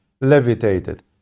levitated